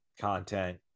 content